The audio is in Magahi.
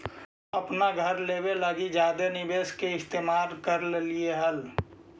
हम अपन घर लेबे लागी जादे निवेश के इस्तेमाल कर लेलीअई हल